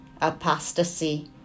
apostasy